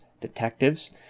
detectives